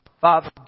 Father